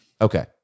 Okay